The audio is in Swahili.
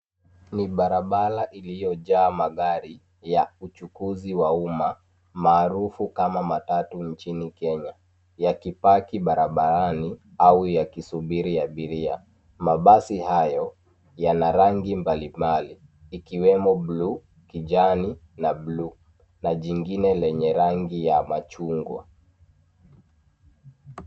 Ni barabara iliyojaa magari ya uchukuzi wa umma maarufu kama matatu nchini Kenya yakipaki barabarani au yakisubiri abiria. Mabasi hayo yana rangi mbalimbali ikiwemo bluu, kijani na bluu. Na jingine lenye rangi ya machungwa.